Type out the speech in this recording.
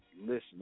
listen